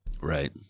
Right